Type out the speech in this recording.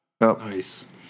Nice